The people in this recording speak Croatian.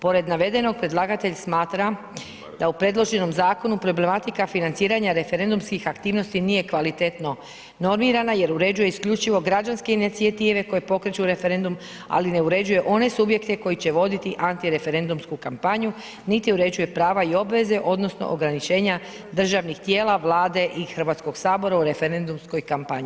Pored navedenog, predlagatelj smatra da u predloženom zakonu problematika financiranja referendumskih aktivnosti nije kvalitetno normirana jer uređuje isključivo građanske inicijative koje pokreću referendum, ali ne uređuje one subjekte koji će voditi antireferendumsku kampanju, niti uređuje prava i obveze odnosno ograničenja državnih tijela, Vlade i HS u referendumskoj kampanji.